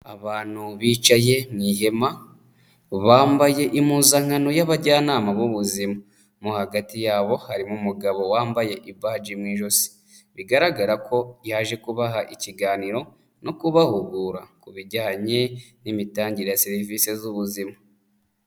Abantu bicaye mu ihema, bambaye impuzankano y'abajyanama b'ubuzima. Mo agati yabo harimo umugabo wambaye ibaji mu ijosi. Bigaragara ko yaje kubaha ikiganiro no kubahugura ku bijyanye n'imitangire ya serivisi z'ubuzima.